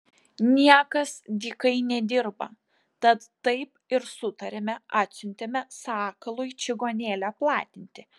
niekas dykai nedirba tad taip ir sutarėme atsiuntėme sakalui čigonėlę platinti